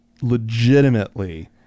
legitimately